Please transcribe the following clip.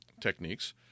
techniques